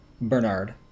Bernard